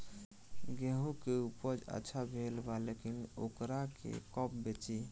गेहूं के उपज अच्छा भेल बा लेकिन वोकरा के कब बेची?